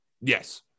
Yes